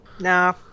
No